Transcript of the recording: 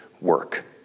work